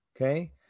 Okay